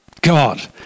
God